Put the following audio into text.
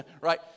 Right